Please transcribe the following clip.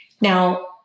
Now